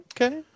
okay